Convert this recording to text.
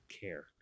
care